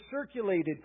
circulated